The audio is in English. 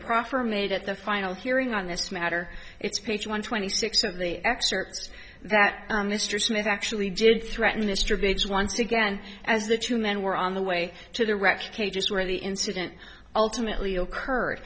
proffer made at the final hearing on this matter it's page one twenty six of the excerpts that mr smith actually did threaten mr b once again as the two men were on the way to the wrecked cages where the incident ultimately occurred